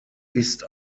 ist